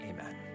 Amen